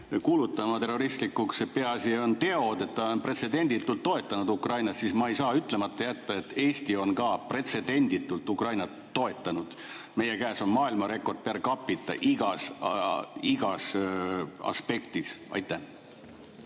kuulutama terroristlikuks, peaasi on teod ja see, et USA on pretsedenditult toetanud Ukrainat, siis ma ei saa ütlemata jätta, et ka Eesti on pretsedenditult Ukrainat toetanud. Meie käes on maailmarekordper capitaigas aspektis. Jaa,